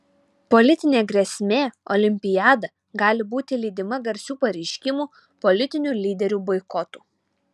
politinė grėsmė olimpiada gali būti lydima garsių pareiškimų politinių lyderių boikotų